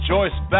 Joyce